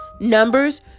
numbers